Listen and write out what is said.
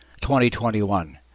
2021